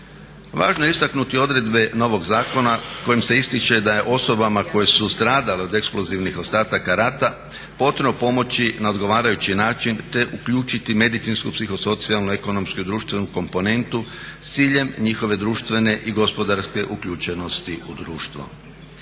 Važno je istaknuti odredbe novog zakona kojim se ističe da je osobama koje su stradale od eksplozivnih ostataka rata potrebno pomoći na odgovarajući način, te uključiti medicinsku, psihosocijalnu, ekonomsku i društvenu komponentu s ciljem njihove društvene i gospodarske uključenosti u društvo.